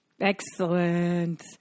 Excellent